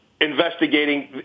investigating